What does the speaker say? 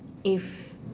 if